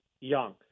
young